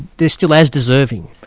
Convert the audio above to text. they're still as deserving.